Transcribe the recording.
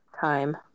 time